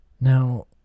Now